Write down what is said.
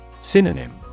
Synonym